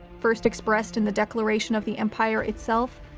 first expressed in the declaration of the empire itself,